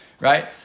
Right